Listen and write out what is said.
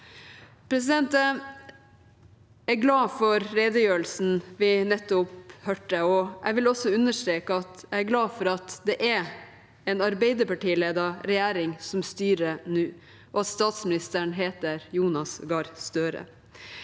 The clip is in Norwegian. løse. Jeg er glad for redegjørelsen vi nettopp hørte, og jeg vil også understreke at jeg er glad for at det er en arbeiderpartiledet regjering som styrer nå, og at statsministeren heter Jonas Gahr Støre.